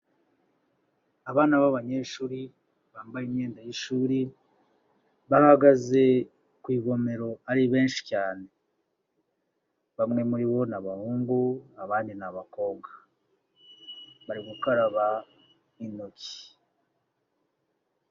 Abana b'abanyeshuri bambaye imyenda y'ishuri, bahagaze ku ivomero ari benshi cyane. Bamwe muri bo ni abahungu, abandi ni abakobwa, bari gukaraba intoki.